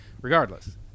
Regardless